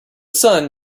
sun